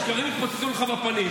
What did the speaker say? השקרים יתפוצצו לך בפנים.